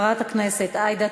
חבר הכנסת יואל חסון.